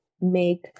make